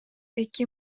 эки